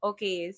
Okay